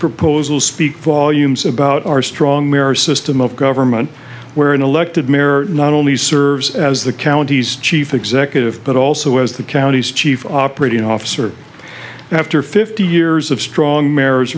proposals speak volumes about our strong marriage system of government where an elected mayor not only serves as the county's chief executive but also as the county's chief operating officer after fifty years of strong marriage